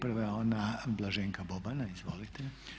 Prva je ona Blaženka Bobana, izvolite.